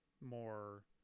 more